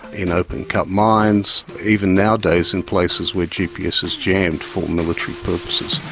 in open-cut mines, even nowadays in places where gps is jammed for military purposes.